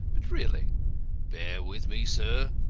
but really bear with me, sir.